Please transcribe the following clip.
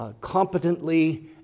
competently